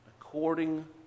according